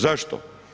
Zašto?